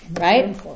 Right